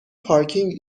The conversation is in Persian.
پارکینگ